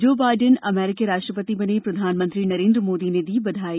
जो बाइडेन अमेरिकी राष्ट्रपति बने प्रधानमंत्री नरेन्द्र मोदी ने दी बधाई